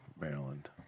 Maryland